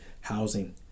Housing